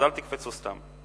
אז אל תקפצו סתם.